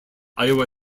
iowa